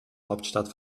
hauptstadt